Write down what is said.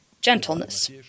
gentleness